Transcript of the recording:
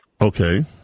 Okay